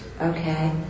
okay